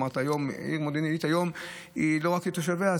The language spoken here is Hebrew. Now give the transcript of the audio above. היום העיר מודיעין היא לא רק לתושביה,